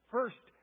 First